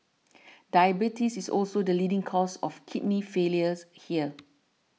diabetes is also the leading cause of kidney failures here